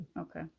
Okay